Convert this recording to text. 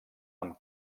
amb